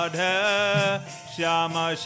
Shama